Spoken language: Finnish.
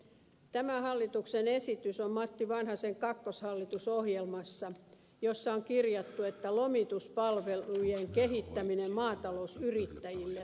tämä hallituksen esitys on matti vanhasen kakkoshallitusohjelmassa jossa on kirjattu että lomituspalvelujen kehittäminen maatalousyrittäjille toteutetaan